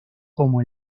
como